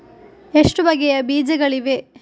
ಎಷ್ಟು ಬಗೆಯ ಬೀಜಗಳಿವೆ?